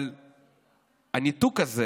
הניתוק הזה